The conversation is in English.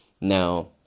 Now